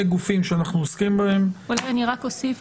גופים שאנחנו עוסקים בהם -- אני רק אוסיף,